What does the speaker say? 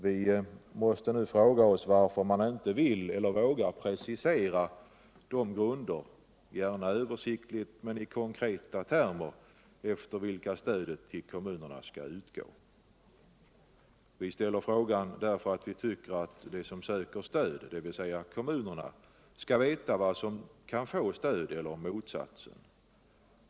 Vi måste nu fråga varför man inte vill eller vågar precisera — i konkreta termer och gärna översiktligt — de grunder efter vilka stödet ull kommunerna skall utgå. Vi ställer frågan därför att vi tycker att de som söker stöd. dvs. kommunerna, skall veta vad de kan få stöd för och inte.